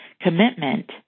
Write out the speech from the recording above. Commitment